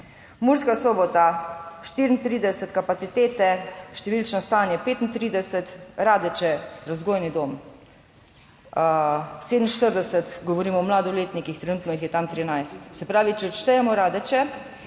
Murska Sobota 34 kapacitete, številčno stanje 35. Radeče - prevzgojni dom 47, govorimo o mladoletnikih, trenutno jih je tam 13. Se pravi, če odštejemo Radeče,